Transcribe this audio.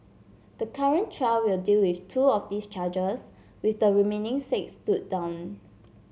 the current trial will deal with two of those charges with the remaining six stood down